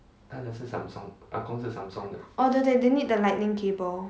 oh 对对对 they need the lightning cable